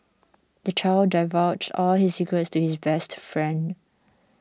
the child divulged all his secrets to his best friend